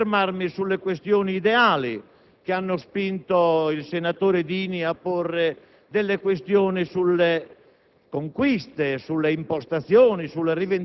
Perdo un istante per soffermarmi sulle questioni ideali che hanno spinto il senatore Dini a porre delle questioni sulle